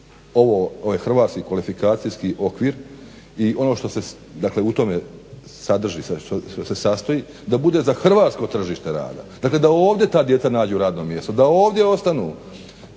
ovaj hrvatski kvalifikacijski okvir i ono što se dakle u tome sadrži, što se sastoji da bude za hrvatsko tržište rada. Dakle, da ovdje ta djeca nađu radno mjesto, da ovdje ostanu.